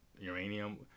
uranium